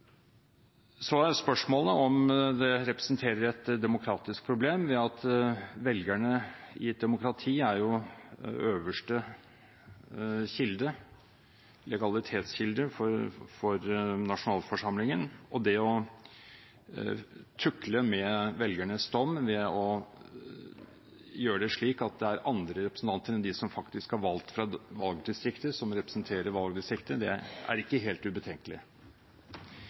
Så er spørsmålet om det representerer et demokratisk problem, for velgerne i et demokrati er øverste legalitetskilde for nasjonalforsamlingen. Det å tukle med velgernes dom ved å gjøre det slik at det er andre representanter enn dem som faktisk er valgt fra valgdistriktet, som representerer valgdistriktet, er ikke helt ubetenkelig.